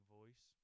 voice